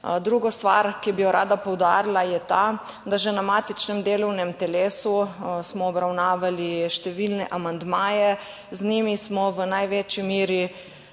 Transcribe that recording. Druga stvar, ki bi jo rada poudarila je ta, da že na matičnem delovnem telesu smo obravnavali številne amandmaje. Z njimi smo v največji meri